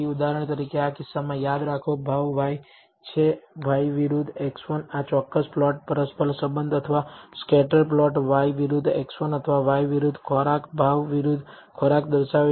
ઉદાહરણ તરીકે આ કિસ્સામાં યાદ રાખો ભાવ y છે y વિરુદ્ધ x1 આ ચોક્કસ પ્લોટ પરસ્પર સંબંધ અથવા સ્કેટર પ્લોટ y વિરુદ્ધ x1 અથવા y વિરુદ્ધ ખોરાક ભાવ વિરુદ્ધ ખોરાક દર્શાવે છે